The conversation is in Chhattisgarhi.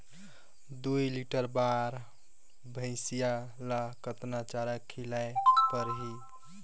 दुई लीटर बार भइंसिया ला कतना चारा खिलाय परही?